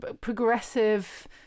progressive